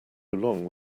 long